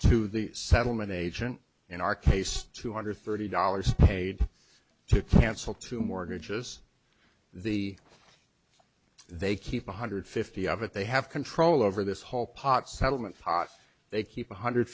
to the settlement agent in our case two hundred thirty dollars paid to cancel two mortgages the they keep one hundred fifty of it they have control over this whole pot settlement pot they keep one hundred